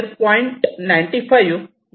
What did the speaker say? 95 या आकड्याने मॉडीफाय झाले